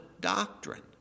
doctrine